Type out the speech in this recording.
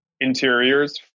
Interiors